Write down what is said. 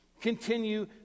Continue